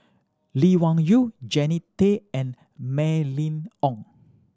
Lee Wung Yew Jannie Tay and Mylene Ong